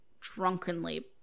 drunkenly